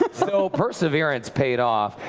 but so perseverance paid off.